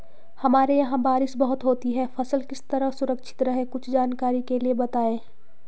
हमारे यहाँ बारिश बहुत होती है फसल किस तरह सुरक्षित रहे कुछ जानकारी के लिए बताएँ?